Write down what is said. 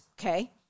Okay